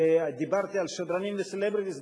דיברתי על שדרנים וסלבריטיס,